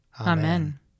Amen